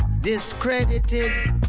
discredited